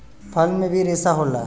फल में भी रेसा होला